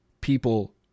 people